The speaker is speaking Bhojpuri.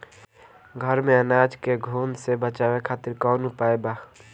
घर में अनाज के घुन से बचावे खातिर कवन उपाय बा?